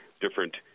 different